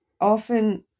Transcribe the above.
often